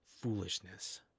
foolishness